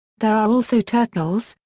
there are also turtles,